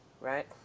right